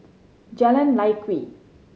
Jalan Lye Kwee